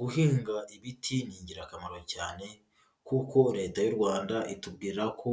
Guhinga ibiti ni ingirakamaro cyane kuko Leta y'u Rwanda itubwira ko